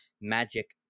magic